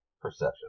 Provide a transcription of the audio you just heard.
perception